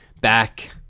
back